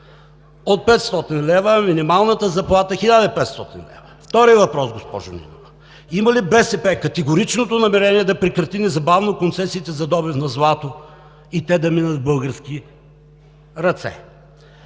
на 500 лв., а минималната заплата на 1500 лв.? Втори въпрос, госпожо Нинова: има ли БСП категоричното намерение да прекрати концесиите за добив на злато и те да минат в български ръце?